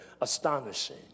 astonishing